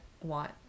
want